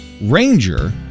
Ranger